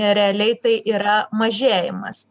realiai tai yra mažėjimas